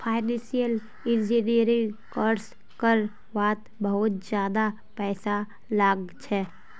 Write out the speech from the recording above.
financial engineering course कर वात बहुत ज्यादा पैसा लाग छे